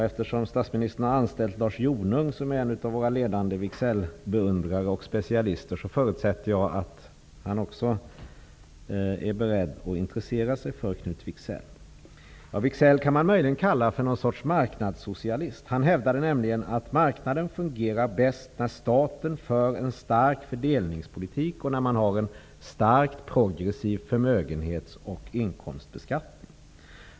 Eftersom statsministern har anställt Lars Jonung som är en av våra ledande Wicksellbeundrare och specialister förutsätter jag att statsministern också är beredd att intressera sig för Knut Wicksell. Man kan möjligen kalla Wicksell ett slags marknadssocialist. Han hävdade nämligen att marknaden fungerar bäst när staten för en effektiv fördelningspolitik och när man har en stark progressiv förmögenhets och inkomstbeskattning.